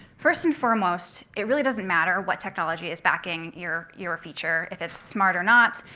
first and foremost, it really doesn't matter what technology is backing your your feature. if it's smart or not,